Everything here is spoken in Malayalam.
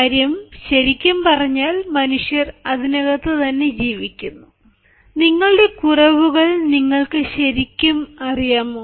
കാര്യം ശരിക്കും പറഞ്ഞാൽ മനുഷ്യർ അതിനകത്ത് ജീവിക്കുന്നു നിങ്ങളുടെ കുറവുകൾ നിങ്ങൾക്ക് ശരിക്കും അറിയാമോ